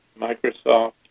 Microsoft